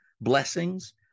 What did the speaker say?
blessings